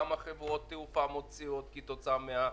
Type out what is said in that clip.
כמה חברות תעופה מוציאות כתוצאה מהפיצוי,